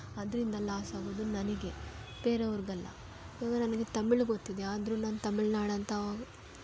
ಅದರಿಂದ ಲಾಸ್ ಆಗೋದು ನನಗೆ ಬೇರೆಯವರ್ಗೆ ಅಲ್ಲ ಇವಾಗ ನನಗೆ ತಮಿಳು ಗೊತ್ತಿದೆ ಆದರೂ ನಾನು ತಮಿಳು ನಾಡಂತ